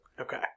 Okay